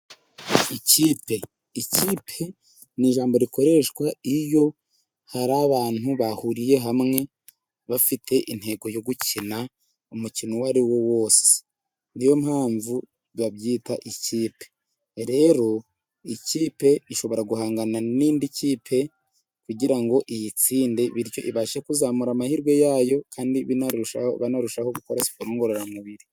Ikipe, ikipe ni ijambo rikoreshwa iyo hari abantu bahuriye hamwe bafite intego yo gukina umukino uwo ariwo wose. Niyo mpamvu babyita ikipe. Rero, ikipe ishobora guhangana n’indi kipe kugira ngo iyitsinde, bityo ibashe kuzamura amahirwe yayo, kandi banarushaho gukora siporo ngororamubiri.